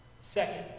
Second